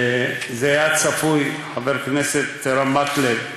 זה היה צפוי, חבר הכנסת הרב מקלב.